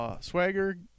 Swagger